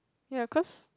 ya of course